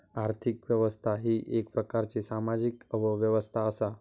आर्थिक व्यवस्था ही येक प्रकारची सामाजिक व्यवस्था असा